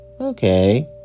Okay